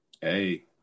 Hey